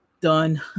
Done